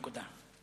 נקודה.